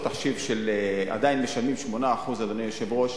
עדיין משלמים 8%, אדוני היושב-ראש,